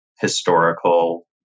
historical